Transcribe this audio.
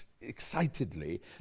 excitedly